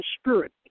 spirit